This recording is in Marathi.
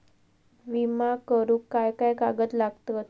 विमा करुक काय काय कागद लागतत?